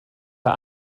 der